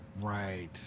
Right